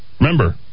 Remember